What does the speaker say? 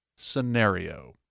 scenario